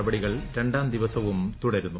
നടപടികൾ രണ്ടാം ദ്ദീവസവും തുടരുന്നു